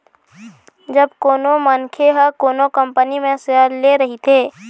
जब कोनो मनखे ह कोनो कंपनी म सेयर ले रहिथे